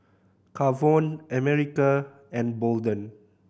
Kavon America and Bolden